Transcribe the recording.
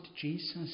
Jesus